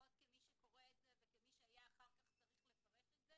לפחות כמי שקורא את זה וכמי שהיה אחר כך צריך לפרש את זה